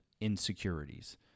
insecurities